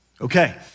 Okay